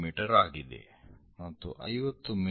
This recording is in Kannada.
ಮೀ ಆಗಿದೆ ಮತ್ತು 50 ಮಿ